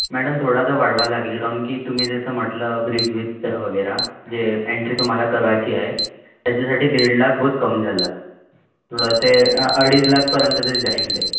madam थोडा तर वाढवावा लागेल काहून की तुम्ही जसं म्हटलं ब्रिज वीजचं वगैरे जे एंट्री तुम्हाला करवायची आहे त्याच्यासाठी दीड लाख बहुत कम झालं थोडं ते अडीच लाखपर्यंत तरी जाईल ते